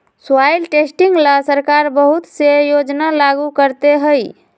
soil testing ला सरकार बहुत से योजना लागू करते हई